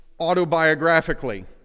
autobiographically